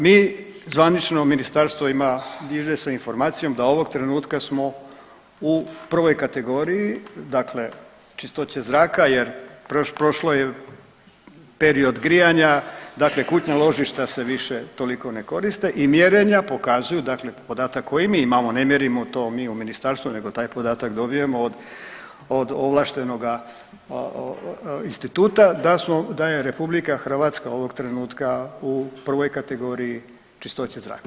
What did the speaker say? Mi zvanično ministarstvo ima izvjesnu informacijom da ovog trenutka smo u prvoj kategoriji dakle čistoće zraka jer prošlo je period grijanja, dakle kućna ložišta se više toliko ne koriste i mjerenja pokazuju, dakle podatak koji mi imamo, ne mjerimo to mi u ministarstvu nego taj podatak dobijamo od, od ovlaštenoga instituta da smo, da je RH ovog trenutka u prvoj kategoriji čistoće zraka.